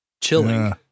Chilling